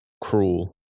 cruel